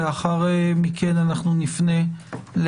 זו המצווה הראשונים שנצטוותה בה